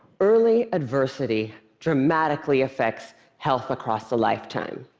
early adversity dramatically affects health across a lifetime.